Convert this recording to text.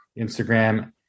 Instagram